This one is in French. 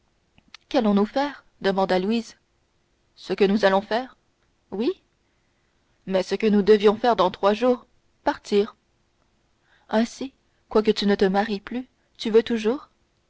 qu'allons-nous faire demanda louise ce que nous allons faire oui mais ce que nous devions faire dans trois jours partir ainsi quoique tu ne te maries plus tu veux toujours